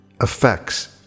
effects